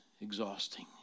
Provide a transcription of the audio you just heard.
exhausting